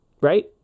Right